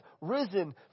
risen